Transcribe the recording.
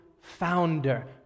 founder